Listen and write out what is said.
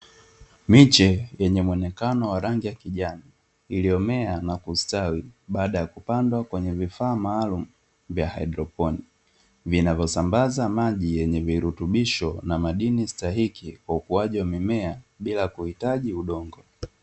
Miche yenye muonekano wa rangi ya kijani, iliyomea na kustawi baada ya kupandwa kwenye vifaa maalumu vya haidroponi, vinavyosambaza maji yenye virutubisho na madini stahiki kwa ukuaji wa mimea bila kuhitaji udongo.